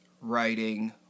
writing